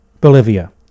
Bolivia